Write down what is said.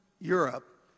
Europe